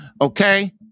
Okay